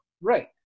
right